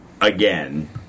again